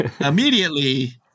Immediately